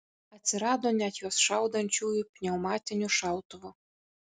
atsirado net juos šaudančiųjų pneumatiniu šautuvu